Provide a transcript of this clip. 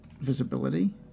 visibility